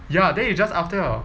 ya then you just after your